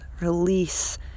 Release